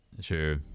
Sure